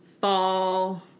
fall